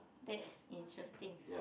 that is interesting